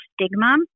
stigma